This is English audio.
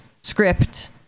script